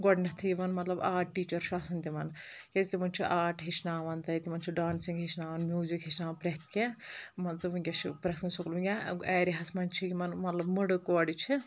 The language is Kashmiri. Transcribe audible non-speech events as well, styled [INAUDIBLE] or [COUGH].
گۄڈٕنٮ۪تھٕے یِوان مطلب آٹ ٹیٖچَر چھُ آسان تِمَن کیٛازِ تِمَن چھُ آٹ ہیٚچھناوان تَتہِ تِمَن چھِ ڈانسِنٛگ ہیٚچھناوان میوٗزِک ہیٚچھناوان پرٛٮ۪تھ کیٚنٛہہ مان ژٕ وٕنۍکٮ۪س چھِ پرٛٮ۪تھ کُنہِ [UNINTELLIGIBLE] یا ایریاہَس منٛز چھِ یِمَن مطلب مٕڑٕ کورِ چھِ